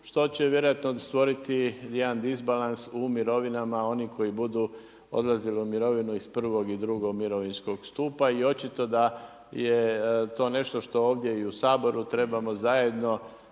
što će vjerojatno stvoriti disbalans u mirovinama onih koji budu odlazili u mirovinu iz prvog i drugog mirovinskog stupa i očito da je to nešto što ovdje i u Saboru trebamo zajedno